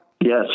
Yes